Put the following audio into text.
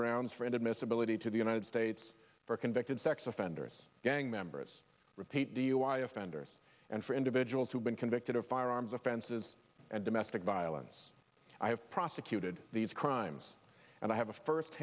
grounds for and admissibility to the united states for convicted sex offenders gang members repeat dui offenders and for individuals who've been convicted of firearms offenses and domestic violence i have prosecuted these crimes and i have a first